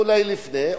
ואולי לפני,